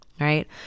Right